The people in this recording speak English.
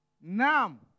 Nam